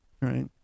right